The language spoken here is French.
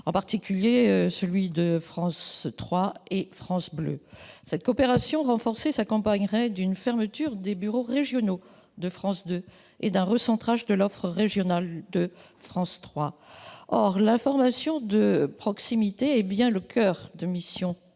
en particulier celui de France 3 et de France Bleu. Cette coopération renforcée s'accompagnerait d'une fermeture des bureaux régionaux de France 2 et d'un recentrage de l'offre régionale de France 3. Or l'information de proximité est bien le coeur de mission de